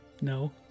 no